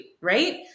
right